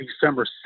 December